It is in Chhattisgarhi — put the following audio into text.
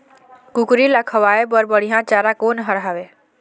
कुकरी ला खवाए बर बढीया चारा कोन हर हावे?